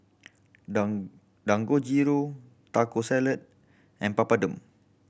Dangojiru Taco Salad and Papadum